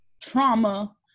trauma